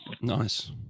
Nice